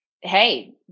Hey